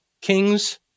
kings